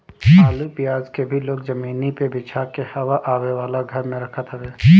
आलू पियाज के भी लोग जमीनी पे बिछा के हवा आवे वाला घर में रखत हवे